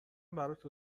برات